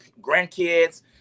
grandkids